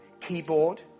keyboard